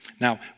Now